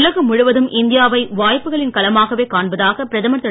உலகம் முழுவதும் இந்தியாவை வாய்ப்புகளின் களமாகவே காண்பதாக பிரதமர் திரு